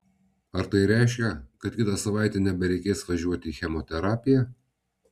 ar tai reiškia kad kitą savaitę nebereikės važiuoti į chemoterapiją